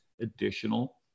additional